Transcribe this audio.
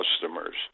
customers